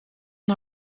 een